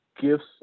gifts